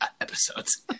episodes